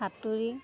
সাঁতুৰি